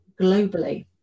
globally